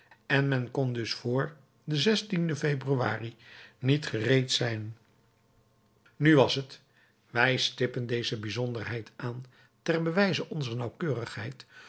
en men kon dus vr den februari niet gereed zijn nu was het wij stippen deze bijzonderheid aan ten bewijze onzer nauwkeurigheid